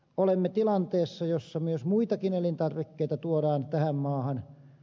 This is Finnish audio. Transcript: olemme tilanteessa jossa myös muitakin elintarvikkeita tuodaan tähän maahan